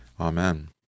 Amen